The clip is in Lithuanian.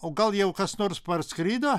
o gal jau kas nors parskrido